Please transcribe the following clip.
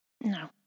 no